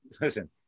listen